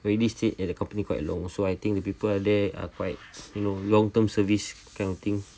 already sit at the company quite long so I think the people there are quite you know long term service I think